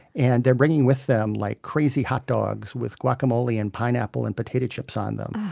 and they're bringing with them like crazy hot dogs with guacamole and pineapple and potato chips on them.